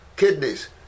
kidneys